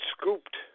scooped